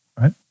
right